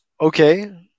Okay